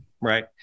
Right